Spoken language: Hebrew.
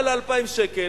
עלה לה 2,000 שקל,